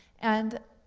and